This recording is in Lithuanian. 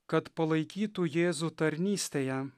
kad palaikytų jėzų tarnystėje